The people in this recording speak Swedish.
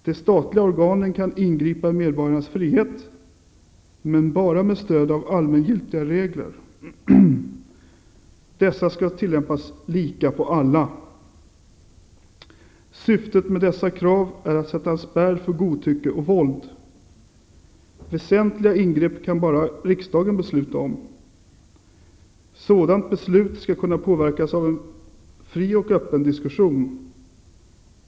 De statliga organen kan ingripa i medborgarens frihet bara med stöd av allmängiltiga regler. - Dessa skall tillämpas lika på alla. - Syftet med dessa krav är att sätta en spärr för godtycke och väld. - Väsentliga ingrepp kan bara riksdagen besluta om. - Sådant beslut skall kunna påverkas av en fri och öppen diskussion.